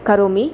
करोमि